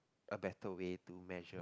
a better way to measure